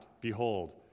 behold